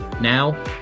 Now